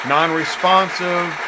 Non-responsive